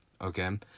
Okay